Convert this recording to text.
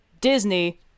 disney